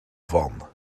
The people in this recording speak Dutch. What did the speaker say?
van